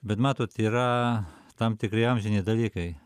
bet matot yra tam tikri amžini dalykai